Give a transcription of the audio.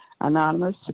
Anonymous